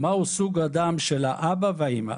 מהו סוג הדם של האבא והאימא.